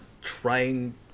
trying